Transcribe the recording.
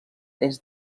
est